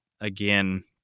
again